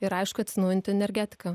ir aišku atsinaujinanti energetika